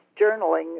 journaling